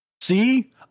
See